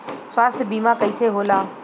स्वास्थ्य बीमा कईसे होला?